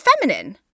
feminine